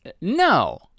no